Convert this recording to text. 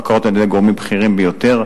בקרות על-ידי גורמים בכירים ביותר,